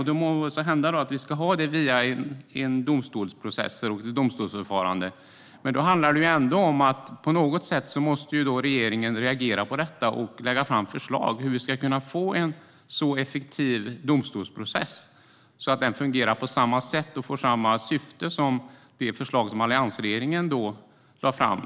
Måhända ska vi ha det nya i en domstolsprocess, i ett domstolsförfarande. Men då handlar det ändå om att regeringen på något sätt måste reagera på detta och lägga fram förslag om hur vi ska få en så effektiv domstolsprocess att den fungerar på samma sätt och får samma syfte som det förslag som alliansregeringen lade fram.